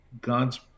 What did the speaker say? God's